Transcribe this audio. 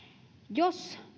jos